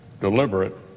deliberate